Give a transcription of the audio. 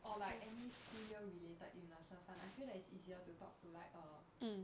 or like any female related illnesses I feel like it's easier to talk like a